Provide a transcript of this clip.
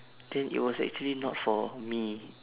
then it was actually not for me